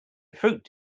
fruit